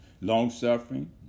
long-suffering